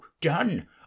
done